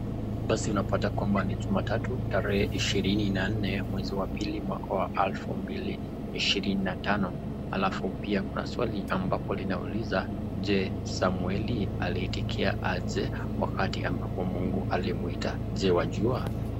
Basi unapata kwamba ni Jumatatu tarehe ishirini na nne mwezi wa pili mwaka wa elfu mbili ishirini na tano alafu pia kuna swali ambapo linauliza, je Samweli aliitikia aje wakati ambapo Mungu alimwita, je wajua?